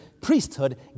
priesthood